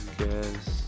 guess